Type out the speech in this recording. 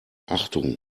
achtung